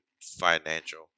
financial